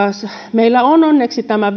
meillä on onneksi tämä